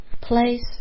place